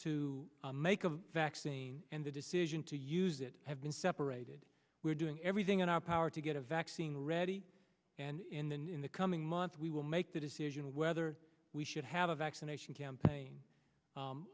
to make a vaccine and the decision to use it have been separated we're doing everything in our power to get a vaccine ready and in the coming months we will make the decision whether we should have a vaccination campaign